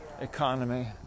economy